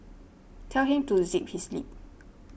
tell him to zip his lip